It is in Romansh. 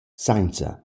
sainza